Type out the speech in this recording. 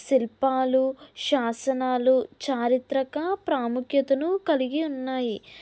శిల్పాలు శాసనాలు చారిత్రక ప్రాముఖ్యతను కలిగి ఉన్నాయి